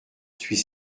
suis